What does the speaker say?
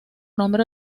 nombre